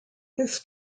this